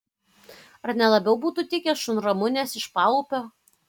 ar ne labiau būtų tikę šunramunės iš paupio